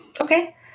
Okay